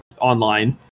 Online